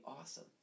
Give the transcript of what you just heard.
awesome